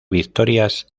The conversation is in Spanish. victorias